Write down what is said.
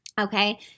Okay